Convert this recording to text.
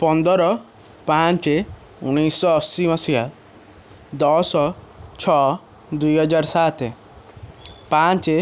ପନ୍ଦର ପାଞ୍ଚ ଉଣେଇଶହ ଅଶୀ ମସିହା ଦଶ ଛଅ ଦୁଇ ହଜାର ସାତ ପାଞ୍ଚ